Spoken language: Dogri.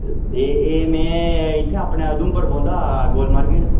ते एह् मैं इत्थै अपने उधमपुर बौंह्दा गोल मार्केट